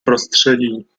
prostředí